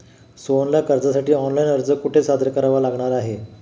सोहनला कर्जासाठी ऑनलाइन अर्ज कुठे सादर करावा लागणार आहे?